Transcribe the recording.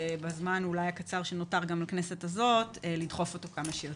ובזמן הקצר שנותר גם לכנסת הזאת לדחוף אותו כמה שיותר.